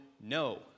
no